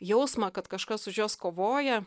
jausmą kad kažkas už juos kovoja